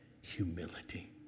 humility